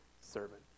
servant